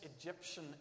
Egyptian